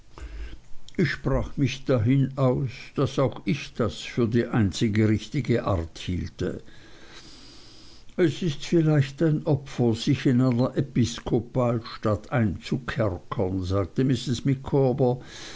ich sprach mich dahin aus daß auch ich das für die einzige richtige art hielte es ist vielleicht ein opfer sich in eine episkopalstadt einzukerkern sagte mrs